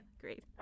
Great